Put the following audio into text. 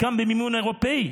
חלקם במימון אירופי,